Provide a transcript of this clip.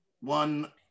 one